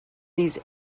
these